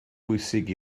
bwysig